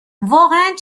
واقعا